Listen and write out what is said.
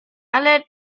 ale